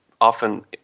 often